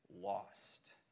lost